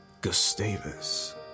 Gustavus